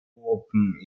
open